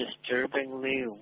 disturbingly